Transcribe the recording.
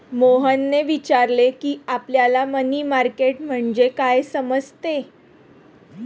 मोहनने विचारले की, आपल्याला मनी मार्केट म्हणजे काय समजते?